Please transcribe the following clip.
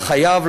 לחייב,